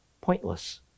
pointless